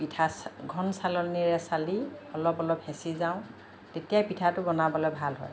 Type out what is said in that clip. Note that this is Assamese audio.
পিঠা ঘন চালনীৰে চালি অলপ অলপ হেচি যাওঁ তেতিয়াই পিঠাটো বনাবলৈ ভাল হয়